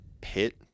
pit